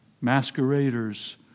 masqueraders